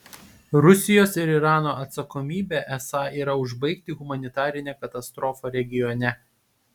rusijos ir irano atsakomybė esą yra užbaigti humanitarinę katastrofą regione